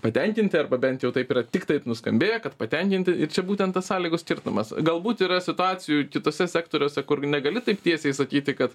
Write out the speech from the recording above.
patenkinti arba bent jau taip yra tiktai nuskambėję kad patenkinti ir čia būtent tas sąlygų skirtumas galbūt yra situacijų kituose sektoriuose kur negali taip tiesiai sakyti kad